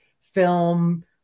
film